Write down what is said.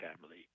family